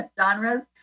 genres